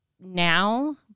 Now